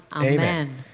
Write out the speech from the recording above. Amen